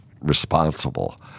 responsible